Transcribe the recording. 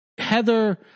Heather